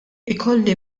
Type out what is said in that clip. ikolli